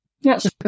Yes